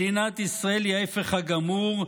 מדינת ישראל היא ההפך הגמור,